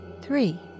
Three